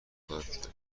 خواهد